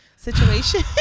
situation